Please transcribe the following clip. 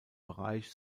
bereich